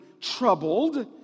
troubled